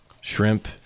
shrimp